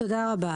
תודה רבה.